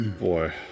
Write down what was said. Boy